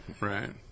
Right